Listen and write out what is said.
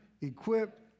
equipped